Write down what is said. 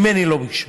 ממני לא ביקשו.